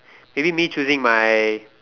maybe me choosing my